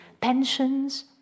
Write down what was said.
pensions